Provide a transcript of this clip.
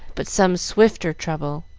but some swifter trouble,